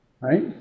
right